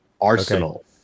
Arsenal